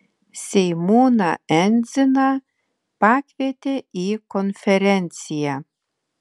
seimūną endziną pakvietė į konferenciją